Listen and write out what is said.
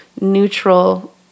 neutral